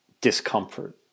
discomfort